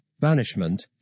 banishment